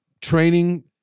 training